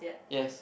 yes